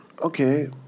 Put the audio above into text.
okay